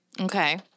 Okay